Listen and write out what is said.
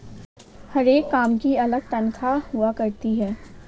हर एक काम की अलग तन्ख्वाह हुआ करती है